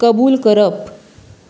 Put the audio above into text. कबूल करप